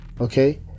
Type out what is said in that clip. Okay